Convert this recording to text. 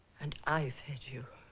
and i fed you.